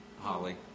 Holly